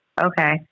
Okay